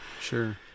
Sure